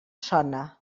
sona